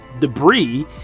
debris